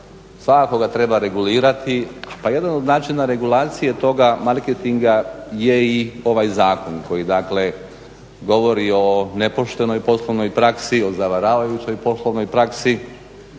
svakako ga treba regulirati. Pa jedan od načina regulacije toga marketinga je i ovaj zakon koji dakle govori o nepoštenoj poslovnoj praski, o zavaravajućoj poštenoj praksi,